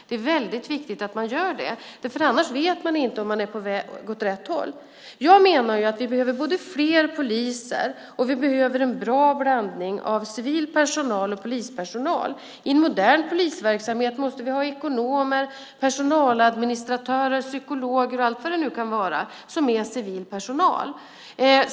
Det är viktigt att man gör det, för annars vet man inte om man är på väg åt rätt håll. Jag menar att vi behöver både fler poliser och en bra blandning av civil personal och polispersonal. I en modern polisverksamhet måste vi ha ekonomer, personaladministratörer, psykologer och allt vad det kan vara, som alltså är civil personal.